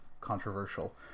controversial